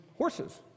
Horses